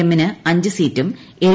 M ന് അഞ്ച് സീറ്റും എൽ